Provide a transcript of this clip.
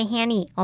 Hanny